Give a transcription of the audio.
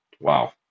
Wow